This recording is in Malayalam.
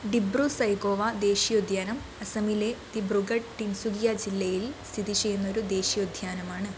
ഡിബ്രു സൈഖോവ ദേശീയോദ്യാനം അസമിലെ ദിബ്രുഗഡ് ടിൻസുകിയ ജില്ലയിൽ സ്ഥിതിചെയ്യുന്ന ഒരു ദേശീയോദ്യാനമാണ്